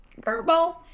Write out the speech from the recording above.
Curveball